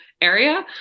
area